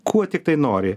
kuo tiktai nori